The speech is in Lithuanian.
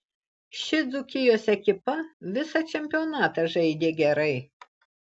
ši dzūkijos ekipa visą čempionatą žaidė gerai